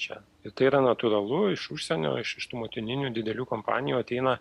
čia ir tai yra natūralu iš užsienio iš tų motininių didelių kompanijų ateina